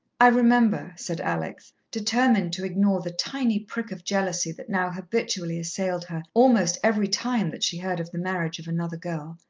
i remember, said alex, determined to ignore the tiny prick of jealousy that now habitually assailed her almost every time that she heard of the marriage of another girl.